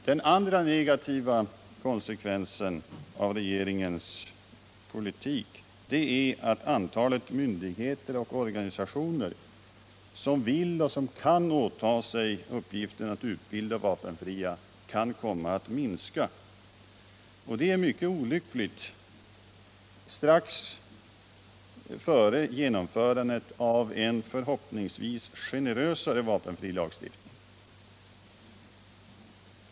Den andra negativa konsekvensen av regeringens politik är att antalet myndigheter och organisationer som vill och kan åta sig uppgiften att utbilda vapenfria kan komma att minska. Det är mycket olyckligt strax före genomförandet av en förhoppningsvis generösare vapenfrilagstiftning.